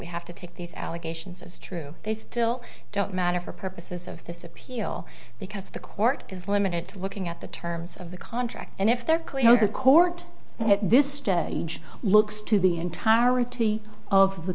we have to take these allegations as true they still don't matter for purposes of this appeal because the court is limited to looking at the terms of the contract and if they're clear how the court at this stage looks to the entirety of the